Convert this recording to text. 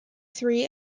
three